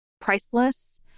priceless